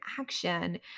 action